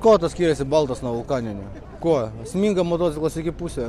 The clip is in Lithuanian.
kuo tas skiriasi baltas nuo vulkaninio kuo sminga motociklas iki pusė